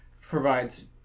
provides